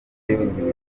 yungirije